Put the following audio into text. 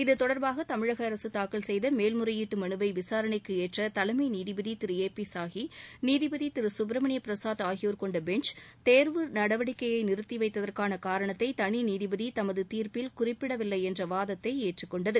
இதுதொடர்பாக தமிழக அரசு தாக்கல் செய்த மேல் முறையீட்டு மனுவை விசாரணைக்கு ஏற்ற தலைமை நீதிபதி திரு ஏ பி சாஹி நீதிபதி திரு சுப்ரமணிய பிரசாத் ஆகியோர் கொண்ட பெஞ்ச் தேர்வு நடவடிக்கையை நிறுத்தி வைத்ததற்கான காரணத்தை தனி நீதிபதி தமது தீர்ப்பில் குறிப்பிடவில்லை என்ற வாதத்தை ஏற்றுக்கொண்டது